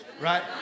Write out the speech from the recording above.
right